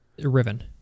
Riven